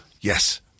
Yes